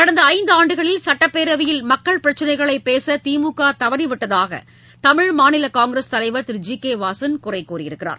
கடந்த ஐந்தாண்டுகளில் சட்டப்பேரவையில் மக்கள் பிரச்சினைகளை பேச திமுக தவறிவிட்டதாக தமிழ்மாநில காங்கிரஸ் தலைவர் திரு ஜி கே வாசன் குறை கூறியுள்ளார்